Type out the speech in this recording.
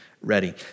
ready